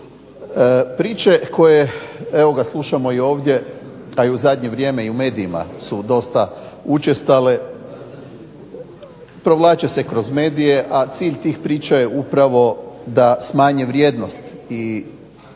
Priče koje evo slušamo ovdje, a u zadnje vrijeme i u medijima su dosta učestale, provlače se kroz medije, a cilj tih priča je upravo da smanje vrijednost i